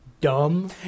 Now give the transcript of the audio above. dumb